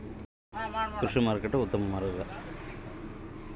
ಹತ್ತಿಯನ್ನು ಮಾರಾಟ ಮಾಡಲು ಉತ್ತಮ ಮಾರ್ಗ ಯಾವುದು?